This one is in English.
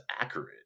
accurate